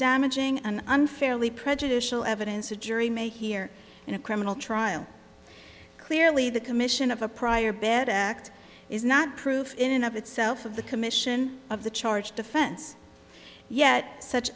damaging and unfairly prejudicial evidence a jury may hear in a criminal trial clearly the commission of a prior bad act is not proof in of itself of the commission of the charged offense yet such